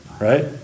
Right